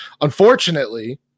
Unfortunately